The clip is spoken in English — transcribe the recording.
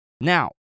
Now